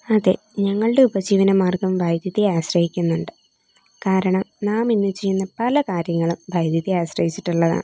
അതെ ഞങ്ങളുടെ ഉപജീവന മാർഗ്ഗം വൈദ്യുതിയെ ആശ്രയിക്കുന്നുണ്ട് കാരണം നാമിന്നു ചെയ്യുന്ന പല കാര്യങ്ങളും വൈദ്യുതിയെ ആശ്രയിച്ചിട്ടുള്ളതാണ്